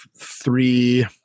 three